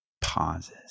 pauses